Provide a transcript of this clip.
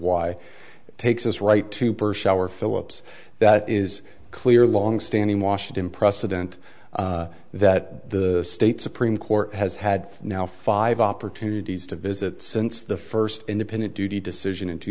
why it takes us right to push our philips that is clear longstanding washington precedent that the state supreme court has had now five opportunities to visit since the first independent duty decision in two